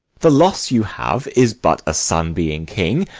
the loss you have is but a son being king,